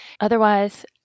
Otherwise